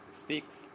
speaks